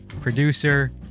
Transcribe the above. producer